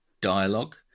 dialogue